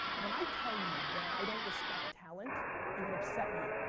when i tell you that i don't respect talent it would upset you.